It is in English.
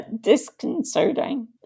disconcerting